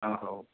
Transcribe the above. ହଁ ହେଉ